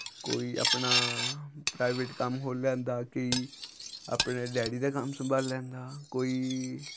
कोई अपना प्राईवेट कम्म खोह्ल्ली लैंदां कोई अपने डैड़ी दा कम्म संभाली लैंदा कोई